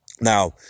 Now